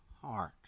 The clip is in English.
heart